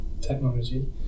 technology